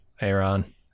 Aaron